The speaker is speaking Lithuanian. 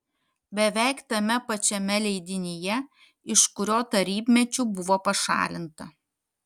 beveik tame pačiame leidinyje iš kurio tarybmečiu buvo pašalinta